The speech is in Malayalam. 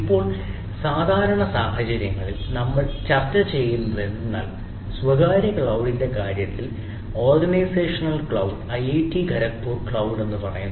ഇപ്പോൾ സാധാരണ സാഹചര്യങ്ങളിൽ നമ്മൾ ചർച്ച ചെയ്യുന്നതെന്തെന്നാൽ സ്വകാര്യ ക്ലൌഡിന്റെ കാര്യത്തിൽ organisational cloud IIT Kharagpur cloud എന്ന് പറയുന്നു